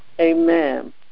amen